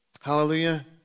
Hallelujah